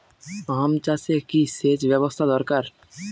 আম চাষে কি সেচ ব্যবস্থা দরকার?